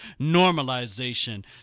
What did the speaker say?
normalization